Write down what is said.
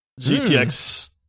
GTX